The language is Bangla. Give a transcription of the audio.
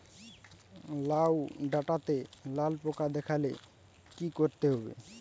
লাউ ডাটাতে লাল পোকা দেখালে কি করতে হবে?